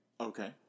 Okay